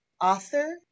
author